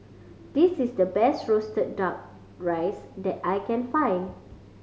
this is the best roasted Duck Rice that I can find